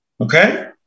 Okay